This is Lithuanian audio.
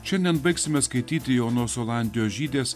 šiandien baigsime skaityti jaunos olandijos žydės